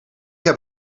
heb